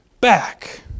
back